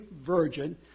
virgin